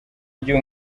igihe